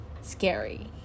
scary